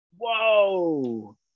Whoa